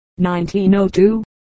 1902